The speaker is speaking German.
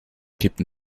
kippten